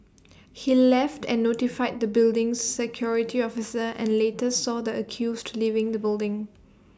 he left and notified the building's security officer and later saw the accused leaving the building